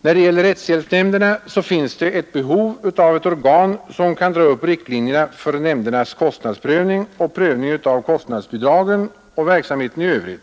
När det gäller rättshjälpsnämnderna finns det ett behov av ett organ som kan dra upp riktlinjerna för nämndernas kostnadsprövning och prövning av kostnadsbidragen samt verksamheten i övrigt.